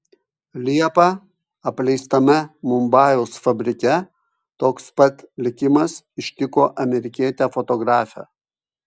liepą apleistame mumbajaus fabrike toks pat likimas ištiko amerikietę fotografę